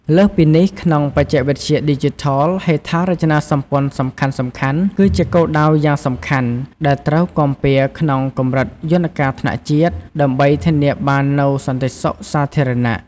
លើសពីនេះ ក្នុងបច្ចេកវិទ្យាឌីជីថល ហេដ្ឋារចនាសម្ព័ន្ធសំខាន់ៗ គឺជាគោលដៅយ៉ាងសំខាន់ ដែលត្រូវគាំពារក្នុងកម្រិតយន្តការថ្នាក់ជាតិ ដើម្បីធានាបាននូវសន្តិសុខសាធារណៈ។